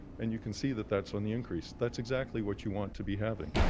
and you can see that that's on the increase. that's exactly what you want to be having.